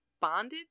bonded